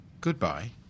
Goodbye